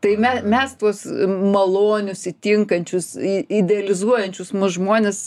tai me mes tuos malonius įtinkančius į idealizuojančius mus žmones